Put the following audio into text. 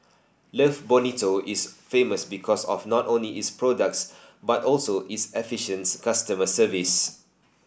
love Bonito is famous because of not only its products but also its efficients customer service